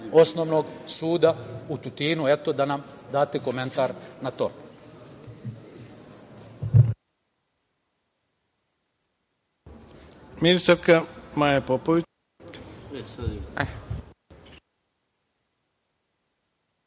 osnovnog suda u Tutinu. Eto, da nam date komentar na to.